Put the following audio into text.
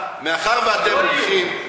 לא תעקור.